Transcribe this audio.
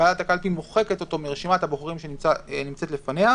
ועדת הקלפי מוחקת אותו מרשימת הבוחרים שנמצאת לפניה.